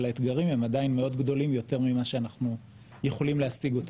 אבל האתגרים הם עדיין מאוד גדולים יותר ממה שאנחנו יכולים להשיג אותם.